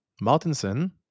Martinson